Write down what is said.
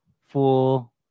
full